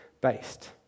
based